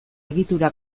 egitura